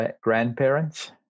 grandparents